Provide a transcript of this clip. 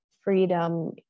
Freedom